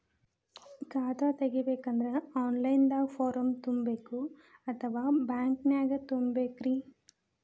ಖಾತಾ ತೆಗಿಬೇಕಂದ್ರ online ದಾಗ ಫಾರಂ ತುಂಬೇಕೊ ಅಥವಾ ಬ್ಯಾಂಕನ್ಯಾಗ ತುಂಬ ಬೇಕ್ರಿ?